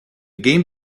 game